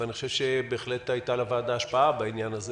ואני חושב שבהחלט הייתה לוועדה השפעה בעניין הזה